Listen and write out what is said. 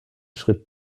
schritt